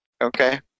Okay